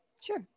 Sure